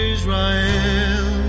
Israel